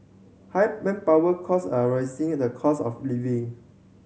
high manpower cost are rising in the cost of living